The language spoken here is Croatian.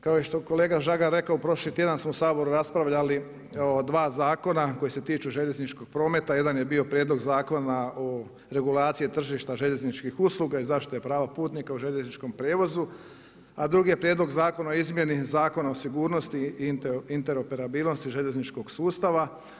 Kao što je i kolega Žagar rekao, prošli tjedan smo u Saboru raspravljali o dva zakona koji se tiču željezničkog prometa, jedan je bio Prijedlog zakona o regulaciji tržišta željezničkih usluga i zaštite prava putnika u željezničkom prijevozu, a drugi je Prijedlog zakona o izmjeni Zakona o sigurnosti i interoperabilnosti željezničkog sustava.